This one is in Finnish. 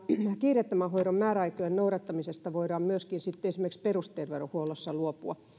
kiireettömän hoidon määräaikojen noudattamisesta voidaan myöskin sitten esimerkiksi perusterveydenhuollossa luopua